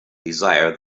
desire